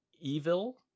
evil